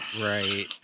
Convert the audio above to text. Right